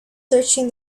searching